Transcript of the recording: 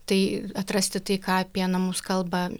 tai atrasti tai ką apie namus kalba